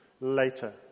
later